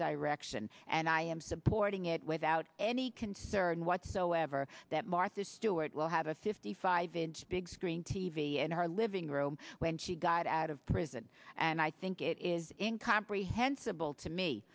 direction and i am supporting it without any concern whatsoever that martha stewart will have a fifty five inch big screen t v in her living room when she got out of prison and i think it is incomprehensible to me